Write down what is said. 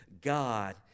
God